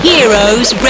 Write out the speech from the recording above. Heroes